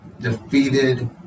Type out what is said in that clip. defeated